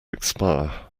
expire